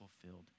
fulfilled